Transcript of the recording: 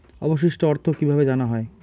অবশিষ্ট অর্থ কিভাবে জানা হয়?